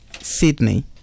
Sydney